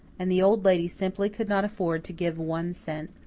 and the old lady simply could not afford to give one cent.